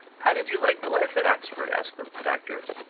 how did you like the life at oxford? asked the doctor.